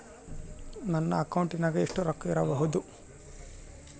ನನ್ನ ಅಕೌಂಟಿನಾಗ ಎಷ್ಟು ರೊಕ್ಕ ಇಡಬಹುದು?